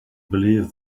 believe